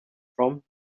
from